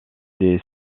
des